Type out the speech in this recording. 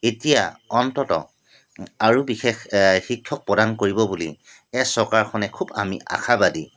এতিয়া অন্তত আৰু বিশেষ শিক্ষক প্ৰদান কৰিব বুলি এই চৰকাৰখনে খুব আমি আশাবাদী